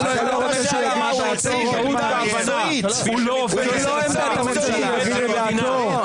שמצפה שכאשר עובד מדינה יגיע הוא יגיד את דעתו,